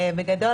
בגדול,